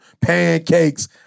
Pancakes